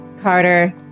Carter